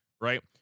right